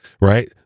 right